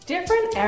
Different